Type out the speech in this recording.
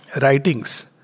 writings